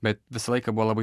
bet visą laiką buvo labai